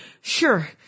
Sure